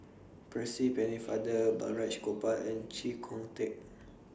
Percy Pennefather Balraj Gopal and Chee Kong Tet